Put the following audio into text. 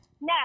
No